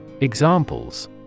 Examples